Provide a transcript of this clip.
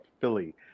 Philly